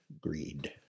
greed